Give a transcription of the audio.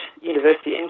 university